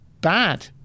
bad